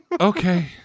Okay